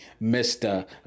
Mr